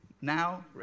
now